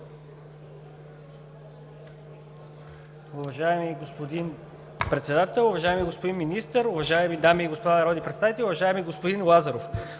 Уважаеми господин Председател, уважаеми господин Министър, уважаеми дами и господа народни представители! Уважаеми господин Лазаров,